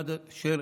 עד אשר